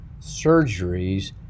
surgeries